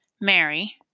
Mary